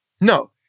No